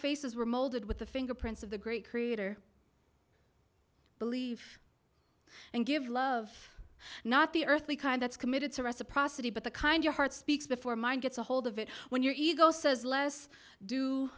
faces were molded with the fingerprints of the great creator believe and give love not the earthly kind that's committed to reciprocity but the kind your heart speaks before mind gets a hold of it when your ego says less do